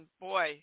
boy